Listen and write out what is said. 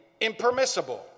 impermissible